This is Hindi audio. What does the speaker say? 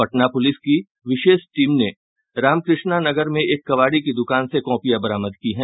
पटना पुलिस की विशेष टीम ने रामकृष्णा नगर में एक कबाड़ी की दुकान से कॉपियां बरामद की है